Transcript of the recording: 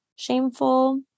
shameful